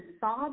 saw